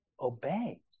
obey